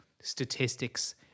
statistics